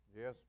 Yes